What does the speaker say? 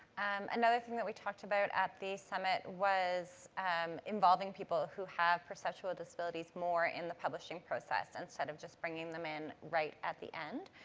another thing that we talked about at the summit was um involving people, who have perceptual disabilities, more in the publishing process instead of just bringing them in right at the end.